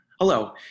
Hello